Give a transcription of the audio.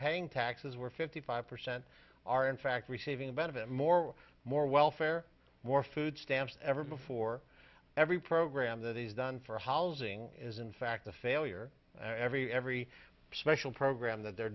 paying taxes were fifty five percent are in fact receiving benefit more more welfare more food stamps ever before every program that he's done for housing is in fact a failure every every special program that they're